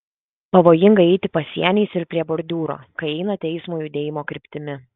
pavojinga eiti pasieniais ir prie bordiūro kai einate eismo judėjimo kryptimi